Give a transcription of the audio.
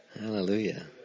Hallelujah